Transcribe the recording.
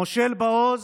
מושל בעוז,